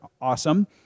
awesome